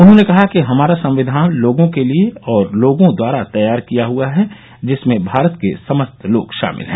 उन्होंने कहा कि हमारा संविधान लोगों के लिए और लोगों द्वारा तैयार किया हुआ है जिसमें भारत के समस्त लोग शामिल हैं